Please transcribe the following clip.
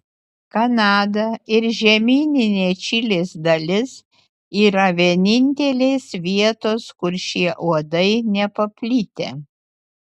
kanada ir žemyninė čilės dalis yra vienintelės vietos kur šie uodai nepaplitę